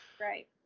Right